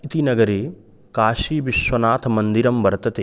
इति नगरे काशीविश्वनाथमन्दिरं वर्तते